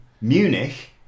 Munich